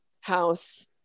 house